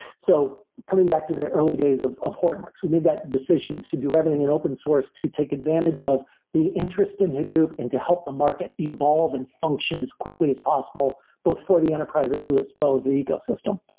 so coming back to the early days of of hortonworks, we made that decision to do everything in open source to take advantage of the interest in hadoop and to help the market evolve and function as quickly as possible both for the enterprises as well as the ecosystem.